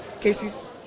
cases